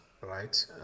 right